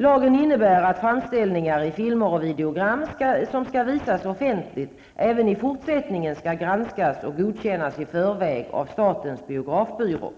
Lagen innebär att framställningar i filmer och videogram som skall visas offentligt även i fortsättningen skall granskas och godkännas i förväg av statens biografbyrå.